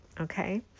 okay